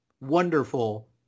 Wonderful